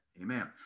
amen